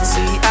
See